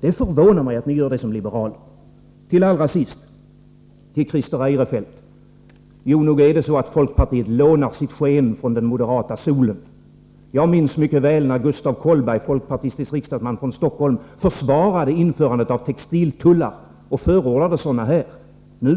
Det förvånar mig att ni som liberaler gör det. Allra sist till Christer Eirefelt: Nog lånar folkpartiet sitt sken från den moderata solen. Jag minns mycket väl när Gustaf Kollberg, folkpartistisk riksdagsman från Stockholm, försvarade införandet av textiltullar och förordade sådana här.